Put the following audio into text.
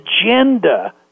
agenda